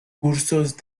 cursos